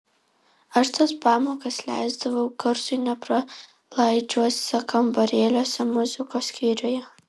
aš tas pamokas leisdavau garsui nepralaidžiuose kambarėliuose muzikos skyriuje